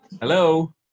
hello